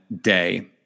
day